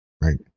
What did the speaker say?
right